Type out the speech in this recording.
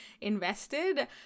invested